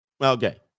Okay